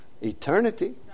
eternity